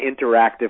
interactive